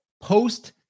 post